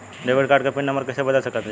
Debit card क PIN number कइसे बदल सकत हई?